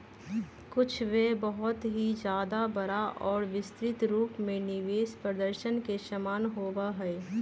कुछ व्यय बहुत ही ज्यादा बड़ा और विस्तृत रूप में निवेश प्रदर्शन के समान होबा हई